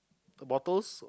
the bottles